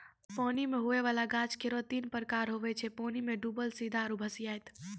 पानी मे हुवै वाला गाछ केरो तीन प्रकार हुवै छै पानी मे डुबल सीधा आरु भसिआइत